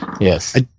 Yes